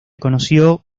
conoció